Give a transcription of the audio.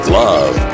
love